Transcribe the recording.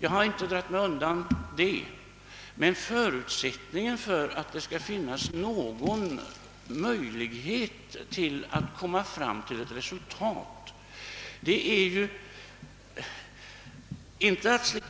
Jag har inte dragit mig undan det ansvaret för att slippa